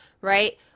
right